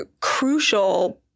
crucial